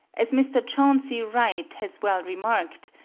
as mr. chauncey wright has well remarked,